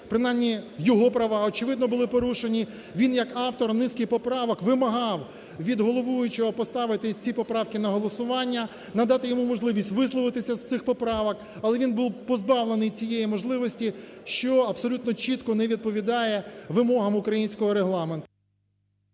принаймні його права, очевидно, були порушені, він як автор низки поправок вимагав від головуючого поставити ті поправки на голосування, надати йому можливість висловитися з цих поправок. Але він був позбавлений цієї можливості, що абсолютно чітко не відповідає вимогам українського Регламенту…